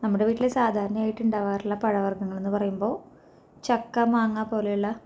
നമ്മുടെ വീട്ടില് സാധാരണയായിട്ട് ഉണ്ടാകാറുള്ള പഴവർഗ്ഗങ്ങളെന്ന് പറയുമ്പോൾ ചക്ക മാങ്ങ പോലെ ഉള്ള